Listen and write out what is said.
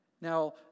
Now